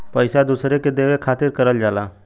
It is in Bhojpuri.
पइसा दूसरे के देवे खातिर करल जाला